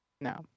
No